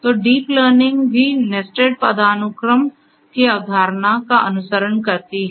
तो deep learning भी nested पदानुक्रम की अवधारणा का अनुसरण करती है